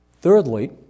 Thirdly